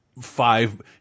five